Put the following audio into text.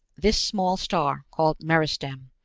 this small star, called meristem.